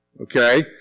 Okay